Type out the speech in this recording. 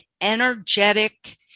energetic